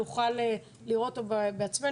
נוכל לראות אותו בעצמנו,